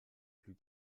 plus